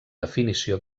definició